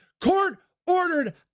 court-ordered